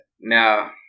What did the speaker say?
now